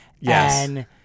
Yes